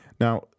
Now